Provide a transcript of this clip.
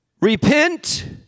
repent